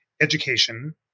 education